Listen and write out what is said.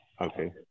Okay